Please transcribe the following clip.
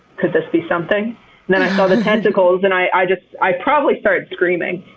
could this be something? then i saw the tentacles and i just, i probably started screaming.